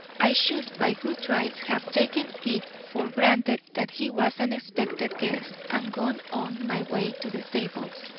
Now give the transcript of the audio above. i should by good rights have taken it for granted that he was an expected guest and gone on my way to the zabels'.